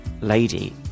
lady